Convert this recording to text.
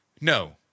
No